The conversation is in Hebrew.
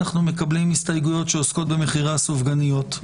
אנחנו מקבלים הסתייגויות שעוסקות במחירי הסופגניות.